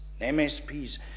MSPs